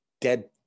dead